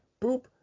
Boop